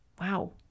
wow